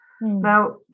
now